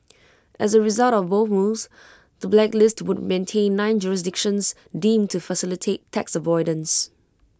as A result of both moves the blacklist would maintain nine jurisdictions deemed to facilitate tax avoidance